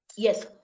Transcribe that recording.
Yes